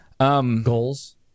Goals